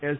S